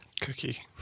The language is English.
Cookie